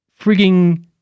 frigging